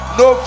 no